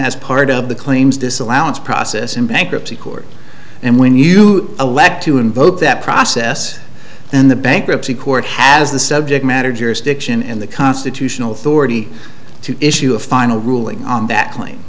as part of the claims disallowance process in bankruptcy court and when you elect to invoke that process then the bankruptcy court has the subject matter jurisdiction and the constitutional authority to issue a final ruling on that cla